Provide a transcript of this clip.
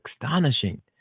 astonishing